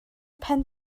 pen